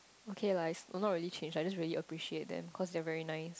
okay lah it's oh not really change I just really appreciate them cause they are very nice